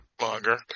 longer